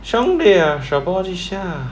兄弟啊 support 一下